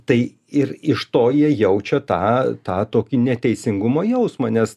tai ir iš to jie jaučia tą tą tokį neteisingumo jausmą nes